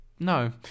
no